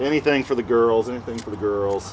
anything for the girls and things for the girls